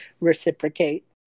reciprocate